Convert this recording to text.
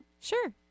Sure